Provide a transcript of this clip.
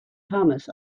thomas